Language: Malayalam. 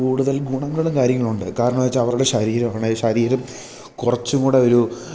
കൂടുതൽ ഗുണങ്ങളും കാര്യങ്ങളുമുണ്ട് കാരണം എന്നു വെച്ചാൽ അവരുടെ ശരീരം ആണെങ്കിൽ ശരീരം കുറച്ചും കൂടി ഒരു